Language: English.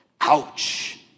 ouch